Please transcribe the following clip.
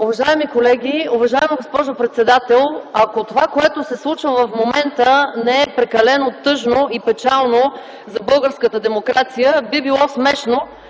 Уважаеми колеги! Уважаема госпожо председател, ако това, което се случва в момента, не е прекалено тъжно и печално за българската демокрация, би било смешно,